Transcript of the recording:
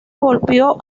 golpeó